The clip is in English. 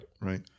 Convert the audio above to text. Right